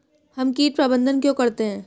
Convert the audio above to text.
हम कीट प्रबंधन क्यों करते हैं?